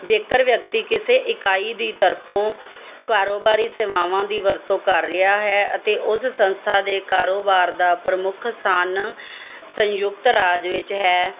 ਜੇਕਰ ਵਿਅਕਤੀ ਕਿਸੇ ਇਕਾਈ ਦੀ ਤਰਫੋਂ ਕਾਰੋਬਾਰੀ ਸੇਵਾਵਾਂ ਦੀ ਵਰਤੋਂ ਕਰ ਰਿਹਾ ਹੈ ਅਤੇ ਉਸ ਸੰਸਥਾ ਦੇ ਕਾਰੋਬਾਰ ਦਾ ਪ੍ਰਮੁੱਖ ਸਥਾਨ ਸੰਯੁਕਤ ਰਾਜ ਵਿੱਚ ਹੈ